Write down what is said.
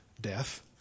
death